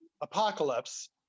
apocalypse